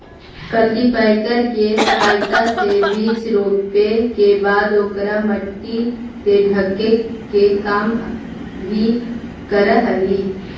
cultipacker के सहायता से बीचा रोपे के बाद ओकरा मट्टी से ढके के काम भी करऽ हई